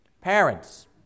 Parents